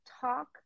talk